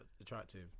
attractive